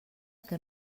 que